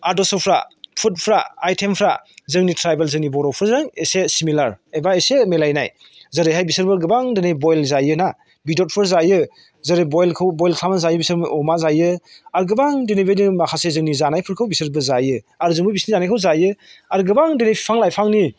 आदरस'फ्रा फुडफोरा आयथेमफ्रा जोंनि ट्रायबेल जोंनि बर'फोरजों एसे सिमिलार एबा इसे मिलायनाय जेरैहाय बिसोरबो गोबां दिनै बयल जायोना बेदरफोर जायो जेरै बयलखौ बयल खालामनानै जायो बिसोर अमा जायो आरो गोबां दिनै बिदिनो माखासे जोंनि जानायफोरखौ बिसोरबो जायो आरो जोंबो बिसोरनि जानायखौ जायो आरो गोबां दिनै बिफां लाइफांनि